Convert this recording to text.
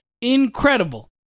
Incredible